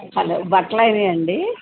hello బట్టలు అయినాయా అండి